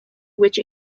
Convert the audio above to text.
which